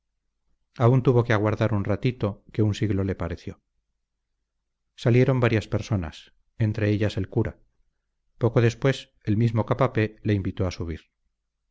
aún tuvo que aguardar un ratito que un siglo le pareció salieron varias personas entre ellas el cura poco después el mismo capapé le invitó a subir